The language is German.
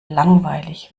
langweilig